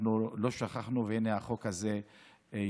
אנחנו לא שכחנו, והינה החוק הזה עבר.